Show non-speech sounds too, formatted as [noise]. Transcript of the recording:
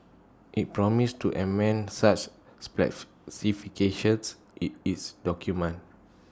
IT promised to amend such [unintelligible] in its documents